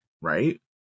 right